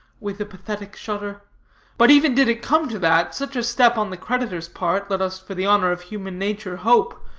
with a pathetic shudder but even did it come to that, such a step on the creditor's part, let us, for the honor of human nature, hope,